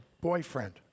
boyfriend